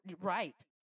Right